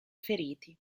feriti